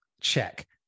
check